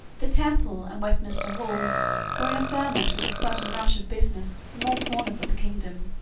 the temple and westminster hall were in a ferment with the sudden rush of business from all corners of the kingdom.